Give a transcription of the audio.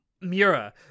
Mira